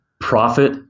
profit